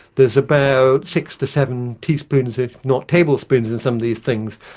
there is about six to seven teaspoons if not tablespoons in some of these things,